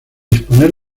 disponer